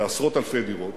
בעשרות אלפי דירות,